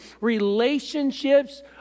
Relationships